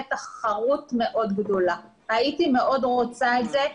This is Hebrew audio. תחרות מאוד גדולה הייתי מאוד רוצה את זה.